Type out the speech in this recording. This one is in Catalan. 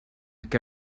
que